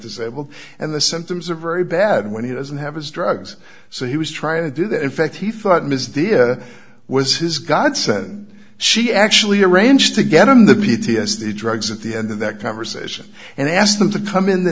disabled and the symptoms are very bad when he doesn't have his drugs so he was trying to do that in fact he thought ms this was his godsend she actually arranged to get him the b t s the drugs at the end of that conversation and asked them to come in the